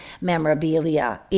memorabilia